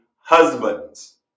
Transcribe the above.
husbands